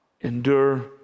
endure